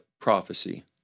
prophecy